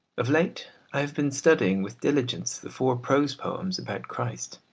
of late i have been studying with diligence the four prose poems about christ.